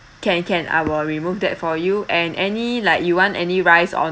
can can I will remove that for you and any like you want any rice or